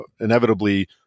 inevitably